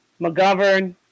McGovern